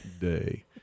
day